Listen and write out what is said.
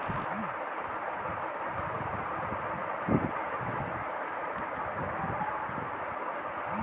funding liquidity के स्थिति में समय पर वस्तु के उपलब्धता न होवऽ हई